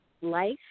Life